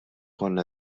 konna